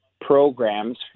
programs